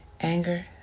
Anger